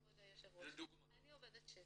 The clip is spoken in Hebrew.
כבוד היושב-ראש, אני עובדת שטח.